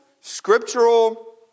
scriptural